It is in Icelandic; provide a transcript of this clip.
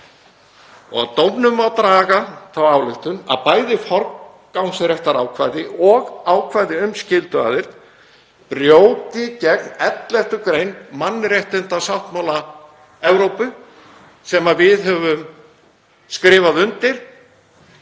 Af dómnum má draga þá ályktun að bæði forgangsréttarákvæði og ákvæði um skylduaðild brjóti gegn 11. gr. mannréttindasáttmála Evrópu sem við höfum skrifað undir